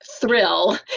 thrill